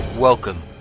Welcome